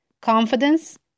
confidence